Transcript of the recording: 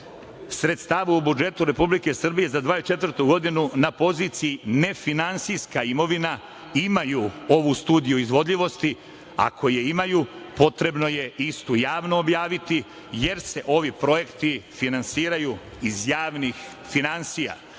sredstava u budžetu Republike Srbije za 2024. godinu na poziciji - Nefinansijska imovina, imaju ovu Studiju izvodljivosti? Ako je imaju, potrebno je istu javno objaviti, jer se ovi projekti finansiraju iz javnih finansija.